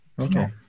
Okay